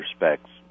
respects